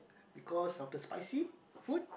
because of the spicy food